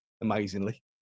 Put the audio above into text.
amazingly